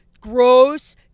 gross